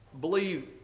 believe